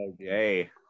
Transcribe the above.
okay